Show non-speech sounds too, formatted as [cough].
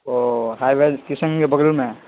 اوہ high [unintelligible] Kishan کے بگل میں ہے